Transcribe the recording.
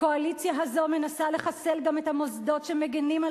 הקואליציה הזאת מנסה לחסל גם את המוסדות שמגינים על